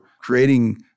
creating